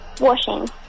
Washing